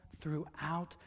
throughout